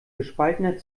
gespaltener